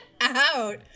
out